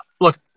look